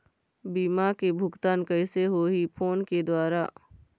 बीमा के भुगतान कइसे होही फ़ोन के द्वारा?